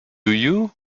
you